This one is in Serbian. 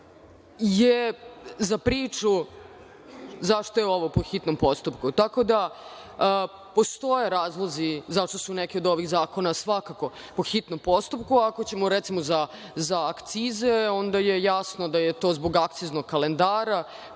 je za priču zašto je ovo po hitnom postupku. Postoje razlozi zašto su neki od ovih zakona po hitnom postupku. Ako ćemo o akcizama, onda je jasno da je to zbog akciznog kalendara